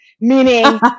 Meaning